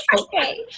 okay